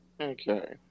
Okay